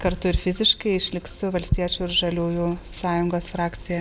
kartu ir fiziškai išliksiu valstiečių ir žaliųjų sąjungos frakcijoj